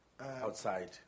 outside